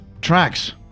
tracks